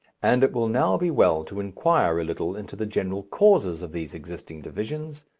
and it will now be well to inquire a little into the general causes of these existing divisions,